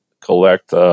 collect